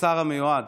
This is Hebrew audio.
השר המיועד.